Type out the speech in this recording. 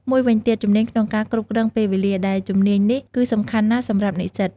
មួយវិញទៀត ជំនាញក្នុងការគ្រប់គ្រងពេលវេលា ដែលជំនាញនេះគឺសំខាន់ណាស់សម្រាប់និស្សិត។